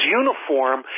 uniform